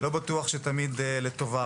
לא בטוח שתמיד לטובה,